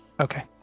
Okay